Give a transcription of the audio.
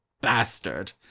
bastard